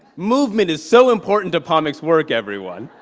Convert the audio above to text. movement is so important to pamuk's work, everyone.